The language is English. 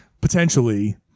potentially